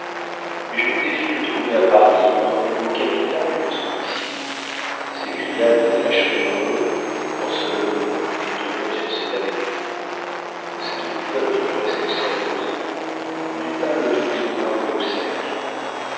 mais je vous défie de trouver à paris un plus beau capital que celui-ci s'écria le fashionable en se levant et tournant sur ses talons cette bouffonnerie presque sérieuse n'eut pas le don d'émouvoir gobseck